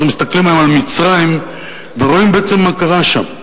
אנחנו מסתכלים היום על מצרים ורואים בעצם מה קרה שם,